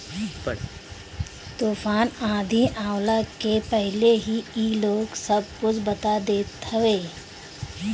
तूफ़ान आंधी आवला के पहिले ही इ लोग सब कुछ बता देत हवे